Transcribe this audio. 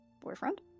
boyfriend